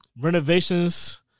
renovations